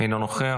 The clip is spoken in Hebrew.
אינו נוכח,